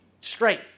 straight